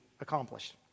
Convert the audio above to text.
accomplished